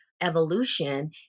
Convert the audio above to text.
evolution